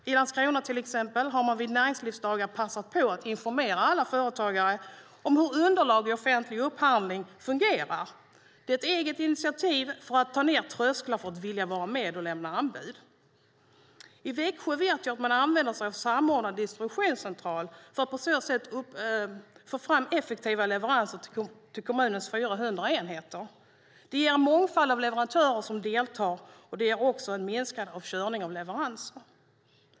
Till exempel har man i Landskrona vid näringslivsdagar passat på att informera alla företagare om hur underlagen i offentlig upphandling fungerar. Det är ett eget initiativ för att ta ned trösklarna för att vilja vara med och lämna anbud. I Växjö vet jag att man använder sig av samordnad distributionscentral för att på så sätt få fram effektiva leveranser till kommunens 400 enheter. Det ger en mångfald av leverantörer som deltar, och det ger också minskade körningar av leveranser.